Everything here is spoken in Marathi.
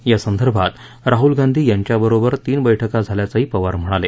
यासंदर्भात राहूल गांधी यांच्याबरोबर तीन बैठक झाल्याचंही पवार म्हणाले